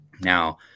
Now